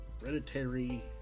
hereditary